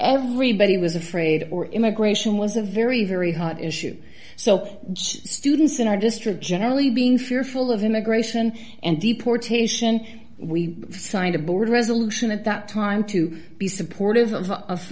everybody was afraid or immigration was a very very hot issue so students and i did strip generally being fearful of immigration and deportation we signed a border resolution at that time to be supportive of